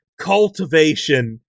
cultivation